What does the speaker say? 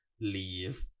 leave